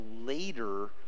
later